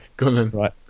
Right